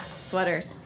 Sweaters